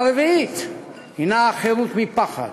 והרביעית הנה החירות מפחד.